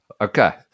Okay